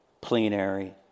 plenary